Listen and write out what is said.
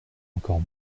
encore